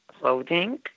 clothing